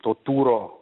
to turo